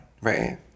Right